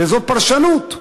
וזאת פרשנות.